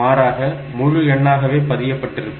மாறாக முழு எண்ணாகவே பதியப்பட்டிருக்கும்